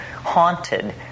haunted